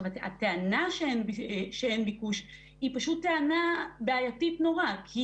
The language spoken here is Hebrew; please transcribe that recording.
הטענה שאין ביקוש היא טענה בעייתית נורא כי